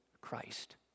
Christ